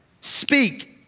Speak